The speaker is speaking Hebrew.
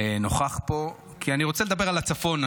נוכח פה, כי אני רוצה לדבר על הצפון.